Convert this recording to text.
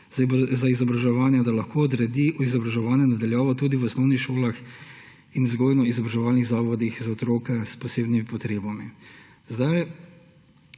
za izobraževanje, da lahko odredi izobraževanje na daljavo tudi v osnovnih šolah in vzgojno-izobraževalnih zavodih za otroke s posebnimi potrebami.